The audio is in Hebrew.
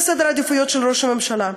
זה סדר העדיפויות של ראש הממשלה: